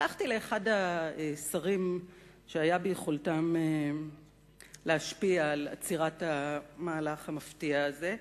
הלכתי לאחד השרים שהיה ביכולתם להשפיע על עצירת המהלך המפתיע הזה,